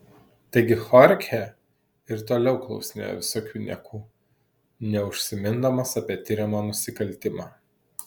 taigi chorchė ir toliau klausinėjo visokių niekų neužsimindamas apie tiriamą nusikaltimą